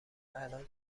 الان